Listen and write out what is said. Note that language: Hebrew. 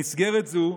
במסגרת זו,